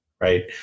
right